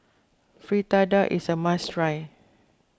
Fritada is a must try